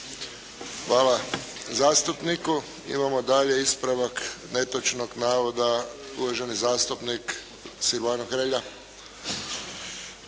Hvala zastupniku. Imamo dalje ispravak netočnog navoda uvaženi zastupnik Silvano Hrelja.